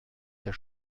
der